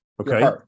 Okay